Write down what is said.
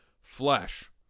flesh